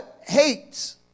hates